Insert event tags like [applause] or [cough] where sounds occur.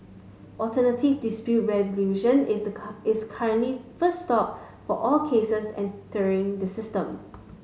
alternative dispute resolution is a [unintelligible] is currently first stop for all cases entering the system